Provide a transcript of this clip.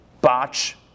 botch